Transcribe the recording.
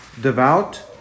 devout